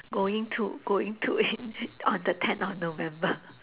going to going to in on the tenth of november